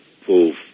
full